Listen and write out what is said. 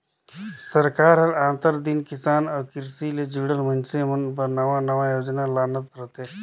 सरकार हर आंतर दिन किसान अउ किरसी ले जुड़ल मइनसे मन बर नावा नावा योजना लानत रहथे